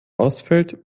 ausfällt